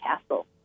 castle